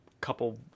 couple